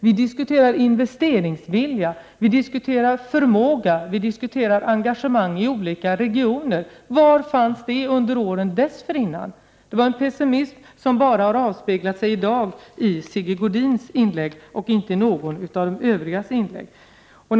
Vi diskuterar investeringsvilja, vi diskuterar förmåga, och vi diskuterar engagemang i olika regioner. Var fanns detta under åren dessförinnan? Det rådde då en pessimism som i dag bara har avspeglat sig i Sigge Godins inlägg men inte i några av de övriga debattörernas inlägg.